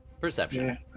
Perception